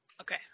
Okay